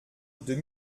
deux